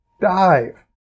dive